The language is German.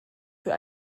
für